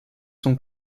son